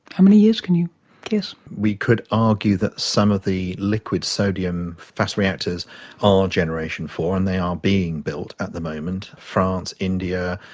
how many years? can you guess? we could argue that some of the liquid sodium fast reactors are generation iv and they are being built at the moment france, india,